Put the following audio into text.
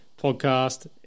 podcast